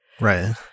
Right